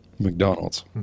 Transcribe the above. McDonald's